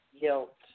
Guilt